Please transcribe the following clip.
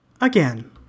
Again